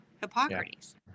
hippocrates